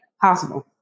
possible